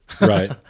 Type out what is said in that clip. Right